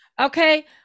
Okay